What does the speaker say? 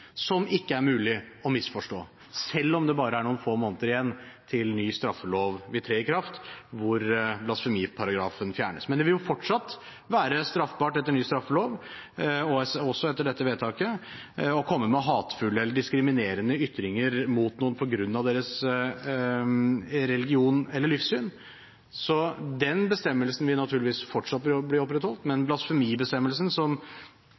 som ikke er mulig å misforstå, selv om det bare er noen få måneder igjen til ny straffelov vil tre i kraft, og hvor blasfemiparagrafen vil fjernes. Men det vil fortsatt være straffbart etter ny straffelov – og også etter dette vedtaket – å komme med hatefulle eller diskriminerende ytringer mot noen på grunn av deres religion eller livssyn. Så den bestemmelsen vil naturligvis fortsatt bli opprettholdt, men blasfemibestemmelsen, som